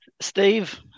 Steve